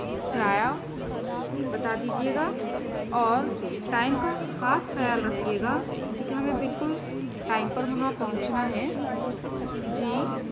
کرایہ بتا دیجیے گا اور ٹائم کا خاص خیال رکھیے گا کیونکہ ہمیں بالکل ٹائم پر وہاں پہنچنا ہے جی